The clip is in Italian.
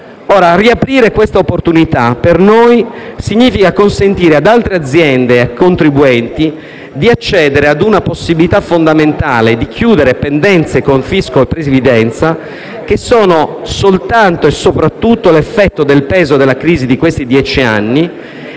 Ora riaprire questa opportunità per noi significa consentire ad altre aziende e a contribuenti di accedere alla possibilità fondamentale di chiudere pendenze con fisco e previdenza, che sono soltanto e soprattutto l'effetto del peso della crisi degli ultimi dieci anni,